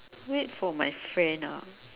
wait for my friend ah